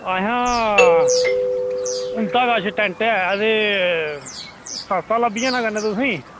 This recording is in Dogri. अहें उं'दे कश टैंट ऐ ते सस्ता लब्भी जाना कन्नै तुसेंगी